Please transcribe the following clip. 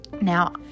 Now